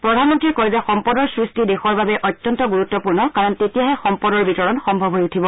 প্ৰধানমন্ত্ৰীয়ে কয় যে সম্পদৰ সৃষ্টি দেশৰ বাবে অত্যন্ত গুৰুত্বপূৰ্ণ কাৰণ তেতিয়াহে সম্পদৰ বিতৰণ সম্ভৱ হৈ উঠিব